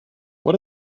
what